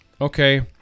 Okay